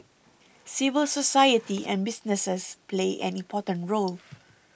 civil society and businesses play an important role